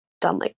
done